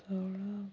ସ୍ଥଳ